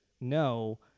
No